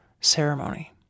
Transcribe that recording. ceremony